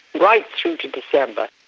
right through to december,